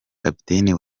kapiteni